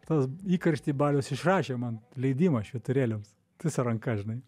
tas įkaršty baliaus išrašė man leidimą švyturėliams tiesia ranka žinai